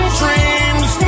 dreams